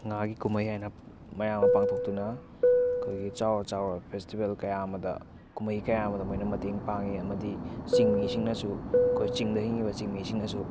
ꯉꯥꯒꯤ ꯀꯨꯝꯍꯩ ꯍꯥꯏꯅ ꯃꯌꯥꯝ ꯑꯃ ꯄꯥꯡꯊꯣꯛꯇꯨꯅ ꯑꯩꯈꯣꯏꯒꯤ ꯆꯥꯎꯔ ꯆꯥꯎꯔꯕ ꯐꯦꯁꯇꯤꯚꯦꯜ ꯀꯌꯥ ꯑꯃꯗ ꯀꯨꯝꯍꯩ ꯀꯌꯥ ꯑꯃꯗ ꯃꯣꯏꯅ ꯃꯇꯦꯡ ꯄꯥꯡꯉꯤ ꯑꯃꯗꯤ ꯆꯤꯡꯃꯤꯁꯤꯡꯅꯁꯨ ꯑꯩꯈꯣꯏ ꯆꯤꯡꯗ ꯍꯤꯡꯉꯤꯕ ꯆꯤꯡꯃꯤꯁꯤꯡꯅꯁꯨ